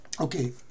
Okay